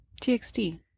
txt